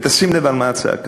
ותשים לב על מה הצעקה,